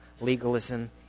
Legalism